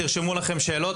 תרשמו לכם שאלות.